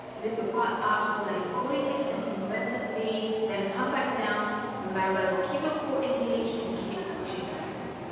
lift your butt up so that your body makes an inverted v, then come back down remember to keep your core engaged and keep pushing guys